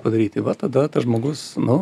padaryti va tada tas žmogus nu